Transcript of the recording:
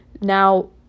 Now